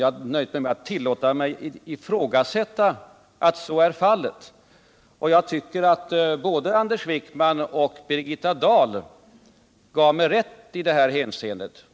Jag har nöjt mig med att ifrågasätta att så är fallet. Jag tycker att både Anders Wijkman och Birgitta Dahl gav mig rätt i det här hänseendet.